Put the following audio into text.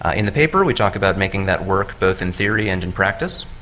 ah in the paper we talk about making that work both in theory and in practice,